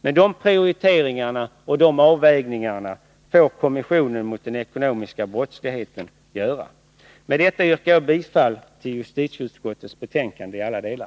Men de prioriteringarna och de avvägningarna får kommissionen mot den ekonomiska brottsligheten göra. Med detta yrkar jag bifall till hemställan i justitieutskottets betänkande i alla delar.